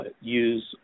use